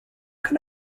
can